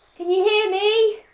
can you hear me?